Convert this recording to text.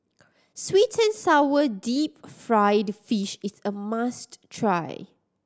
sweet and sour deep fried fish is a must try